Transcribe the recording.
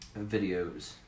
videos